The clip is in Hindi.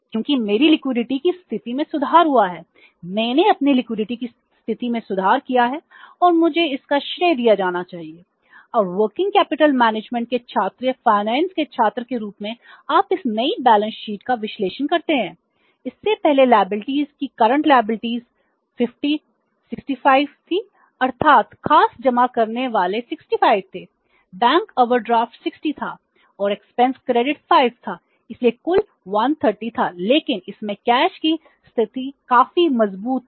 क्योंकि मेरी लिक्विडिटी 5 था इसलिए कुल 130 था लेकिन इसमें कैश की स्थिति काफी मजबूत थी